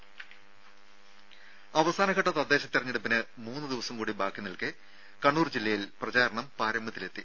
രും അവസാനഘട്ട തദ്ദേശ തെരഞ്ഞെടുപ്പിന് മൂന്ന് ദിവസം കൂടി ബാക്കി നിൽക്കെ കണ്ണൂർ ജില്ലയിൽ പ്രചാരണം പാരമ്യത്തിലെത്തി